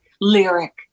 lyric